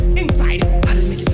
inside